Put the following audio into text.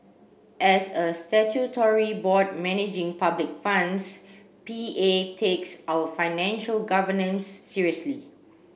as a statutory board managing public funds P A takes our financial governance seriously